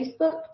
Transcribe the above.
Facebook